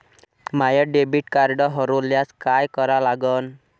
माय debit card हरोल्यास काय करा लागन?